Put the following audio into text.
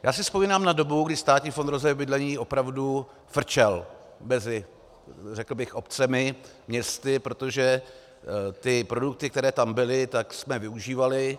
Já si vzpomínám na dobu, kdy Státní fond rozvoje bydlení opravdu frčel mezi, řekl bych, obcemi a městy, protože produkty, které tam byly, jsme využívali.